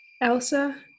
Elsa